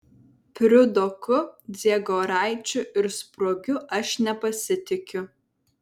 priudoku dziegoraičiu ir spruogiu aš nepasitikiu